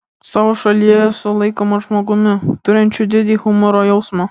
savo šalyje esu laikomas žmogumi turinčiu didį humoro jausmą